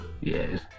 Yes